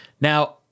Now